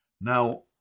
now